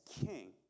king